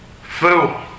Fool